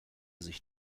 sich